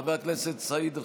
חבר הכנסת יוסף ג'בארין,